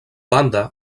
banda